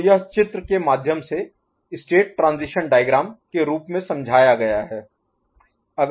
तो यह चित्र के माध्यम से स्टेट ट्रांजीशन डायग्राम के रूप में समझाया गया है